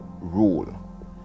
rule